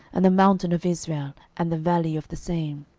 and the mountain of israel, and the valley of the same